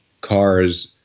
cars